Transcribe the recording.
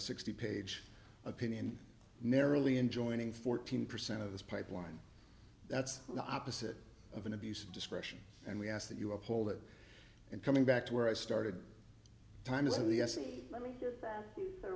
sixty page opinion narrowly in joining fourteen percent of this pipeline that's the opposite of an abuse of discretion and we ask that you hold it and coming back to where i started time